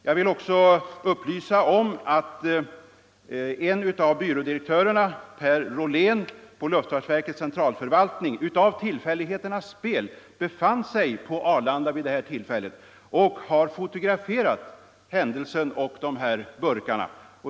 Jag vill även upplysa om att en av byrådirektörerna, herr Rolén, på luftfartsverkets centralförvaltning av tillfälligheternas spel befann sig på Arlanda vid detta tillfälle och fotograferade burkarna.